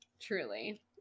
truly